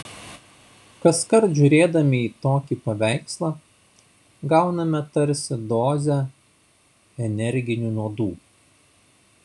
kaskart žiūrėdami į tokį paveikslą gauname tarsi dozę energinių nuodų